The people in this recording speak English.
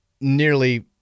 nearly